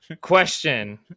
Question